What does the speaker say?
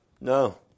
No